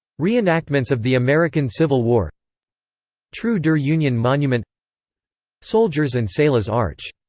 reenactments of the american civil war treue der union monument soldiers' and sailors' arch